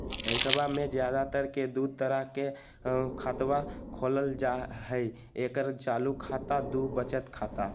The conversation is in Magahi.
बैंकवा मे ज्यादा तर के दूध तरह के खातवा खोलल जाय हई एक चालू खाता दू वचत खाता